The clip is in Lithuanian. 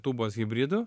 tūbos hibridu